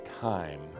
time